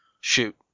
Shoot